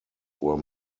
were